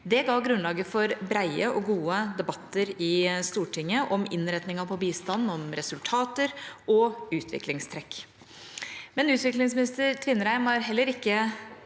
Det la grunnlaget for brede og gode debatter i Stortinget om innretningen av bistanden, resultater og utviklingstrekk. Utviklingsminister Tvinnereim har ikke